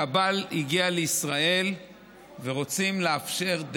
שהבעל הגיע לישראל ורוצים לאפשר,